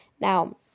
Now